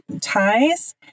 ties